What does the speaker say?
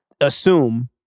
assume